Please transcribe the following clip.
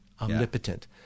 Omnipotent